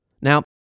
Now